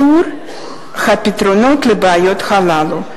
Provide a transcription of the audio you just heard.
במדינת ישראל ודחייה רבת שנים באיתור הפתרונות לבעיות הללו.